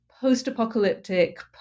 post-apocalyptic